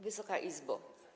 Wysoka Izbo!